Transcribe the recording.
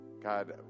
God